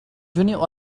junior